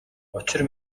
учир